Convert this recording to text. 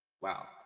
Wow